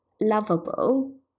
lovable